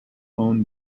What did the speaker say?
owned